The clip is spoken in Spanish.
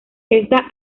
esta